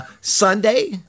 Sunday